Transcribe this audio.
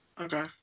Okay